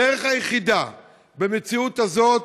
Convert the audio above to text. הדרך היחידה במציאות הזאת,